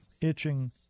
itching